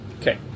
Okay